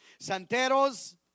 Santeros